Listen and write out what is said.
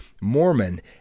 Mormon